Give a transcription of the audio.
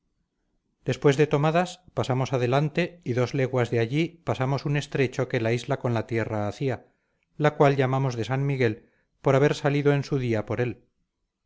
después de tomadas pasamos adelante y dos leguas de allí pasamos un estrecho que la isla con la tierra hacía al cual llamamos de san miguel por haber salido en su día por él